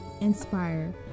inspire